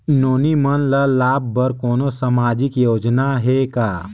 नोनी मन ल लाभ बर कोनो सामाजिक योजना हे का?